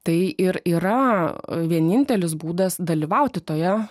tai ir yra vienintelis būdas dalyvauti toje